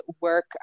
work